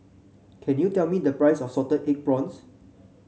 can you tell me the price of Salted Egg Prawns